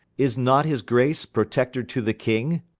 is not his grace protector to the king?